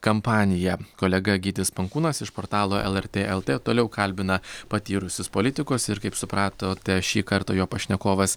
kampaniją kolega gytis pankūnas iš portalo lrt lt toliau kalbina patyrusius politikus ir kaip supratote šį kartą jo pašnekovas